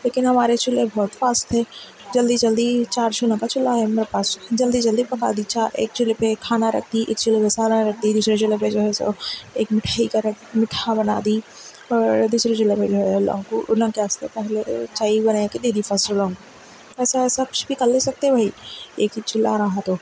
لیکن ہمارے چولہے بہت فاسٹ تھے جلدی جلدی چار چولہا کا چولہا ہے میرے پاس جلدی جلدی پکا دی چار ایک چولہے پہ کھانا رکھ دی ایک چولہے پہ سالن رکھ دی دوسرے چولہے پہ جو ہے سو ایک میٹھائی کا رکھ میٹھا بنا دی اور دوسرے چولہے پہ جو ہے ان لوگوں کے واسطے پہلے چائے بنا کے دے دی فسٹ راؤنڈ اور اس کے بعد سب کچھ کر لے سکتے بھائی ایک ہی چولہا رہا تو